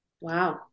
Wow